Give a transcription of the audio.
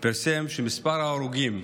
פרסם שמספר ההרוגים